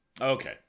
okay